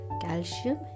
calcium